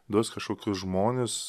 duos kašokius žmones